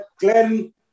Glenn